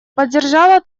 поддержало